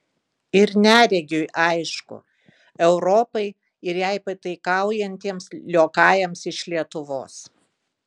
ir neregiui aišku europai ir jai pataikaujantiems liokajams iš lietuvos